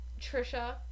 Trisha